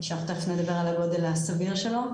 שאנחנו תכף נדבר על הגודל הסביר שלו,